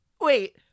wait